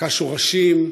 מכה שורשים.